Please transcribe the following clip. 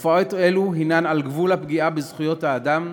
תופעות אלה הן על גבול הפגיעה בזכויות האדם,